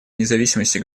независимости